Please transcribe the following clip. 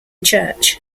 church